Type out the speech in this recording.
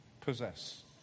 possess